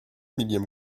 millième